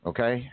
Okay